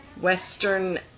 Western